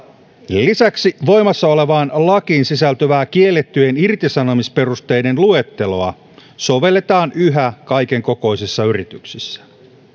lisäksi voimassa olevaan lakiin sisältyvää kiellettyjen irtisanomisperusteiden luetteloa sovelletaan yhä kaiken kokoisissa yrityksissä